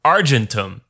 Argentum